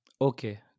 Okay